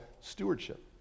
stewardship